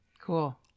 Cool